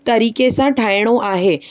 तरीक़े सां ठाहिणो आहे